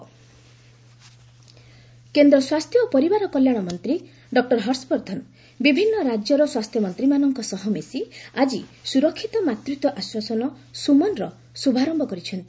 gov ସୁମନ୍ କେନ୍ଦ୍ର ସ୍ୱାସ୍ଥ୍ୟ ଓ ପରିବାର କଲ୍ୟାଣ ମନ୍ତ୍ରୀ ଡକ୍ଟର ହର୍ଷବର୍ଦ୍ଧନ ବିଭିନ୍ନ ରାଜ୍ୟର ସ୍ୱାସ୍ଥ୍ୟମନ୍ତ୍ରୀମାନଙ୍କ ସହ ମିଶି ଆଜି 'ସୁରକ୍ଷିତ ମାତୃତ୍ୱ ଆଶ୍ୱାସନ ସୁମନ'ର ଶୁଭାରମ୍ଭ କରିଛନ୍ତି